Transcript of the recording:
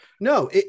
no